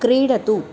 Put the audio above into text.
क्रीडतु